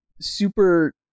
super